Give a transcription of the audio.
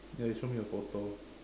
then he show me the photo